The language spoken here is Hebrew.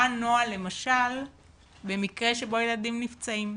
מה הנוהל למשל במקרה שבו ילדים נפצעים.